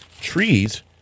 Trees